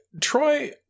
Troy